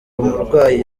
umurwayi